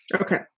Okay